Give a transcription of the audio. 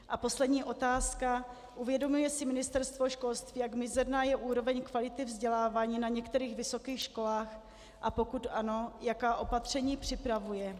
A poslední otázka: Uvědomuje si Ministerstvo školství, jak mizerná je úroveň kvality vzdělávání na některých vysokých školách, a pokud ano, jaká opatření připravuje?